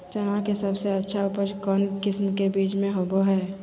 चना के सबसे अच्छा उपज कौन किस्म के बीच में होबो हय?